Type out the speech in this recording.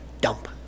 dump